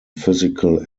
physical